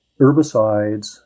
herbicides